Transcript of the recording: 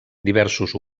diversos